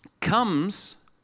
comes